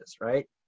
right